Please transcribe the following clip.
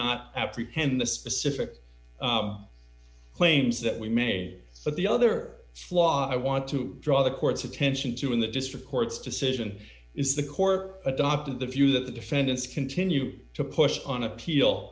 not apprehend the specific claims that we made but the other flaw i want to draw the court's attention to in the district court's decision is the core adopted the few that the defendants continue to push on appeal